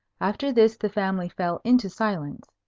after this the family fell into silence.